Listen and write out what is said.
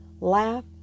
Laugh